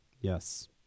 Yes